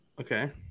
Okay